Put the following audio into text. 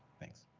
thanks.